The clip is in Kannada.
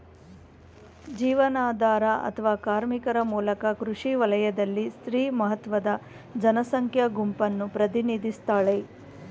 ಜೀವನಾಧಾರ ಅತ್ವ ಕಾರ್ಮಿಕರ ಮೂಲಕ ಕೃಷಿ ವಲಯದಲ್ಲಿ ಸ್ತ್ರೀ ಮಹತ್ವದ ಜನಸಂಖ್ಯಾ ಗುಂಪನ್ನು ಪ್ರತಿನಿಧಿಸ್ತಾಳೆ